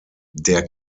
der